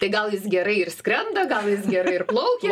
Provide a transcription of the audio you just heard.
tai gal jis gerai ir skrenda gal jis gerai ir plaukia